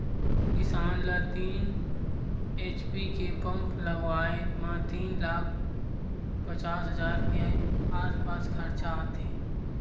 किसान ल तीन एच.पी के पंप लगाए म तीन लाख पचास हजार के आसपास खरचा आथे